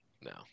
No